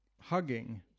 hugging